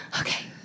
okay